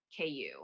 KU